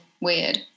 Weird